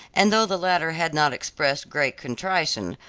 and though the latter had not expressed great contrition,